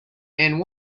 and